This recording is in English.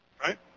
right